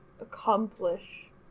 accomplish